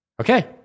Okay